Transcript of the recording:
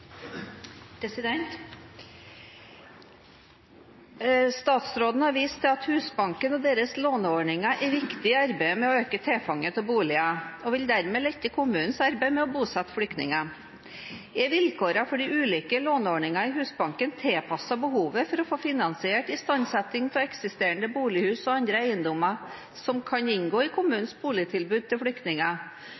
vil dermed lette kommunenes arbeid med å bosette flyktninger. Er vilkårene for de ulike låneordningene i Husbanken tilpasset behovet for å få finansiert istandsetting av eksisterende bolighus og andre eiendommer som kan inngå i kommunenes boligtilbud til flyktninger,